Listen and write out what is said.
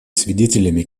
свидетелями